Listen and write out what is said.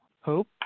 Hope